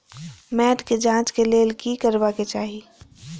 मैट के जांच के लेल कि करबाक चाही?